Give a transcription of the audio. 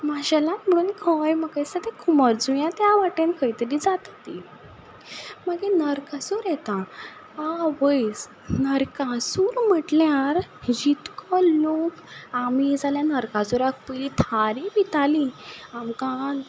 माशेलान म्हणून खंय म्हाका दिसता तें कुमारजुंव्या त्या वाटेन खंय तरी जाता मागीर नरकासूर येता आवयस नरकासूर म्हटल्यार जितको लोक आमी जाल्या नरकासुराक पयनी थारी भिताली आमकां